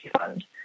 fund